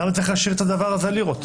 למה צריך להשאיר את המילה לירות?